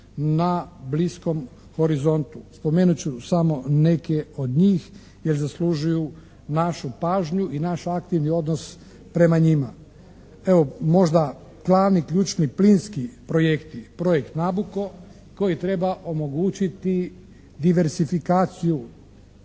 na bliskom horizontu. Spomenut ću samo neke od njih jer zaslužuju našu pažnju i naš aktivni odnos prema njima. Evo možda glavni ključni plinski projekti: projekt Nabuco koji treba omogućiti diversifikaciju